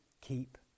keep